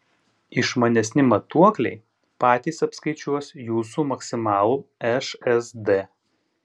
išmanesni matuokliai patys apskaičiuos jūsų maksimalų šsd